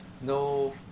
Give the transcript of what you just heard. no